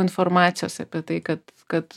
informacijos apie tai kad kad